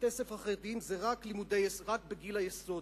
בבתי-הספר החרדיים זה רק בגיל היסודי,